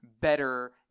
better